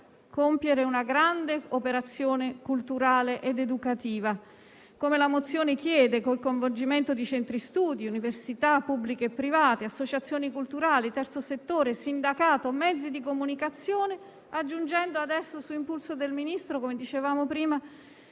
compiere una grande operazione culturale ed educativa, come la mozione chiede, con il coinvolgimento di centri studi, università pubbliche e private, associazioni culturali, terzo settore, sindacato, mezzi di comunicazione, aggiungendo adesso, su impulso della ministra Dadone, come ricordavo prima,